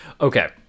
okay